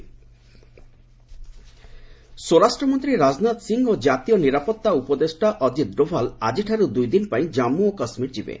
JK Rajnath ସ୍ୱରାଷ୍ଟ୍ରମନ୍ତ୍ରୀ ରାଜନାଥ ସିଂ ଓ କାତୀୟ ନିରାପତ୍ତା ଉପଦେଷ୍ଟା ଅକ୍ଷିତ୍ ଡୋଭାଲ୍ ଆଜିଠାରୁ ଦୁଇଦିନ ପାଇଁ ଜାମ୍ମୁ ଓ କାଶ୍ମୀର ଯିବେ